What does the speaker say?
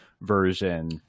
version